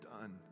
done